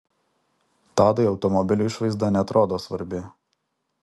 tadui automobilio išvaizda neatrodo svarbi